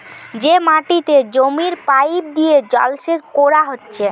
যে মাটিতে জমির পাইপ দিয়ে জলসেচ কোরা হচ্ছে